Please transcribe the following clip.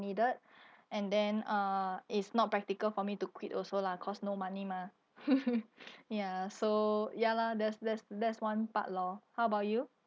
needed and then uh it's not practical for me to quit also lah cause no money mah ya so ya lah that's that's that's one part lor how about you